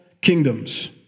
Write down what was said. kingdoms